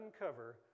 uncover